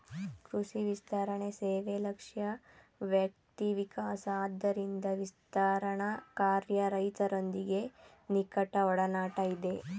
ಕೃಷಿ ವಿಸ್ತರಣಸೇವೆ ಲಕ್ಷ್ಯ ವ್ಯಕ್ತಿವಿಕಾಸ ಆದ್ದರಿಂದ ವಿಸ್ತರಣಾಕಾರ್ಯ ರೈತರೊಂದಿಗೆ ನಿಕಟಒಡನಾಟ ಇದೆ